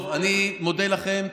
אני מודה לכם.